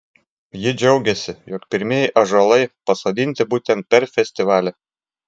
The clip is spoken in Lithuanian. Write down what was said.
ji džiaugėsi jog pirmieji ąžuolai pasodinti būtent per festivalį